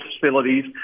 facilities